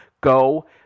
go